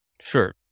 Sure